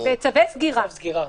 בצווי סגירה.